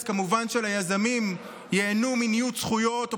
אז כמובן שהיזמים ייהנו מניוד זכויות או